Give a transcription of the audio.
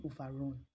overrun